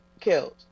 killed